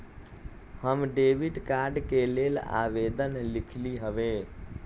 हम credit card के लेल आवेदन लिखली हबे